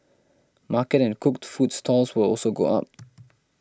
market and cooked food stalls will also go up